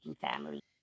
family